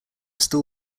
still